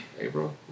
April